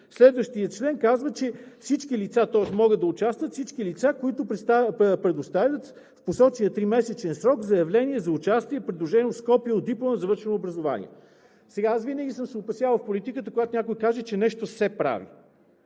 Следващият член казва: „могат да участват всички лица, които предоставят в посочения тримесечен срок заявление за участие, придружено с копие от диплома за завършено образование.“ Винаги съм се опасявал в политиката, когато някой каже, че нещо се прави.